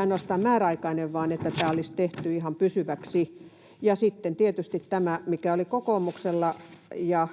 ainoastaan määräaikainen vaan että tämä olisi voitu tehdä ihan pysyväksi. Ja sitten tietysti kokoomuksella ja